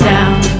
Down